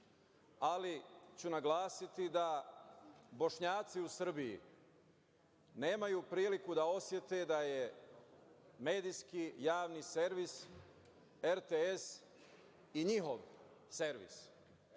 ali ću naglasiti da Bošnjaci u Srbiji nemaju priliku da osete da je medijski javni servis RTS i njihov servis.